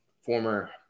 former